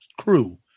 Crew